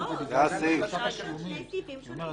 לא, שני סעיפים שונים.